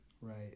right